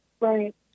Right